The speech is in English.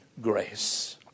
grace